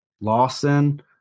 Lawson